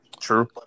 True